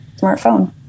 smartphone